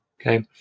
Okay